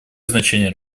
значение